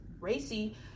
racy